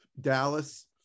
Dallas